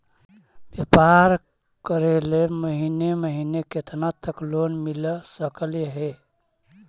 व्यापार करेल महिने महिने केतना तक लोन मिल सकले हे?